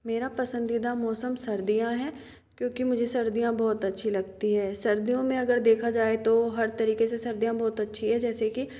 मेरा पसंदीदा मोसम सर्दियाँ हैं क्योंकि मुझे सर्दियाँ बहुत अच्छी लगती हैं सर्दियों में अगर देखा जाए तो हर तरीके से सर्दियाँ बहुत अच्छी हैं जैसे कि